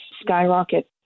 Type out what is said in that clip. skyrocket